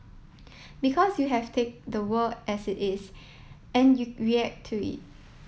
because you have take the world as it is and you react to it